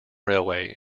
railway